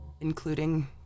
Including